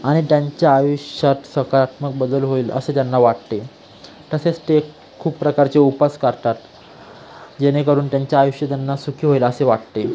आणि त्यांच्या आयुष्यात सकारात्मक बदल होईल असे त्यांना वाटते तसेच ते खूप प्रकारचे उपास करतात जेणेकरून त्यांच्या आयुष्य त्यांना सुखी होईल असे वाटते